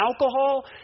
alcohol